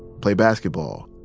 play basketball,